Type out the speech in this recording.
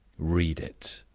read it,